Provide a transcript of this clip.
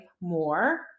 more